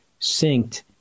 synced